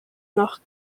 noch